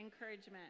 encouragement